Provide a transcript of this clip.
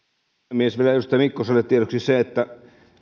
puhemies vielä edustaja mikkoselle tiedoksi se että